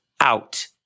out